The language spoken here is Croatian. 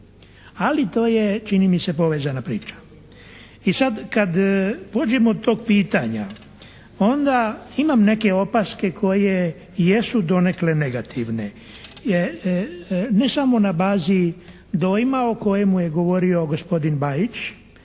ali to je čini mi se povezana priča. I sada kada pođemo od tog pitanja pa onda imam neke opaske koje jesu donekle negativne, ne samo na bazi dojma o kojemu je govorio gospodin Bajić,